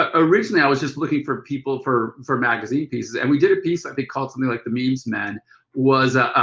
ah originally, i was just looking for people for for magazine pieces. and we did a piece i think it's called something like the memes men was a